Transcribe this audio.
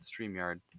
StreamYard